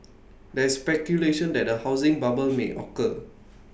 there is speculation that A housing bubble may occur